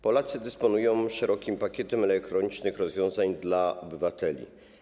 Polacy dysponują szerokim pakietem elektronicznych rozwiązań dla obywateli.